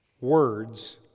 words